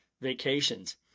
vacations